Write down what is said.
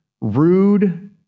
rude